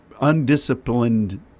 undisciplined